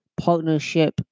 partnership